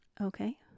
Okay